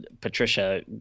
Patricia